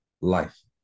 life